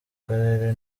karere